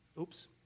oops